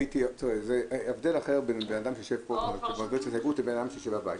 זה הבדל בין בן אדם שיושב פה ומעביר הסתייגות לבין בן אדם שיושב בבית.